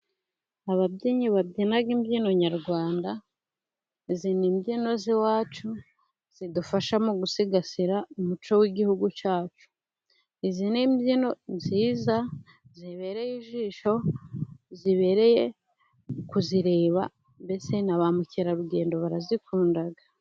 Ababyinnyi babyina imbyino nyarwanda, izi ni imbyino z'iwacu zidufasha mu gusigasira umuco w'igihugu cyacu, izi ni' imbyino nziza zibereye ijisho, zibereye kuzireba, mbese na ba mukerarugendo barazikunda.